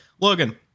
Logan